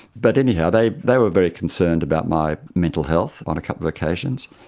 but anyhow, they they were very concerned about my mental health on a couple of occasions.